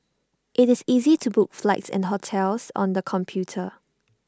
IT is easy to book flights and hotels on the computer